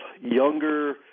younger